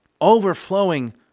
overflowing